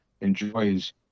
enjoys